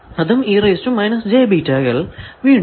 അതും വീണ്ടും